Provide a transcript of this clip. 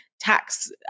tax